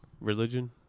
religion